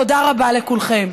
תודה רבה לכולכם.